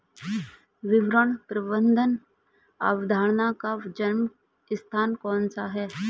विपणन प्रबंध अवधारणा का जन्म स्थान कौन सा है?